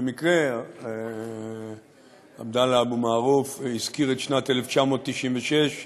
במקרה, עבדאללה אבו מערוף הזכיר את שנת 1996,